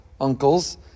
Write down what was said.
uncles